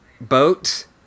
boat